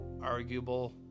Arguable